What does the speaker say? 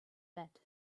that